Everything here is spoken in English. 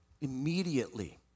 immediately